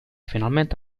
finalmente